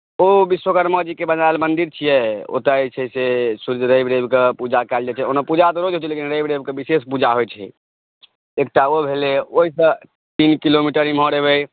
ओ विश्वकर्माजीके बनाएल मन्दिर छियै ओतय जे छै से सूर्यके रवि रविकेँ पूजा कयल जाइत छै ओना पूजा तऽ रोज होइत छै लेकिन रवि रविकेँ विशेष पूजा होइत छै एकटा ओ भेलै ओहिसँ तीन किलोमीटर इम्हर एबै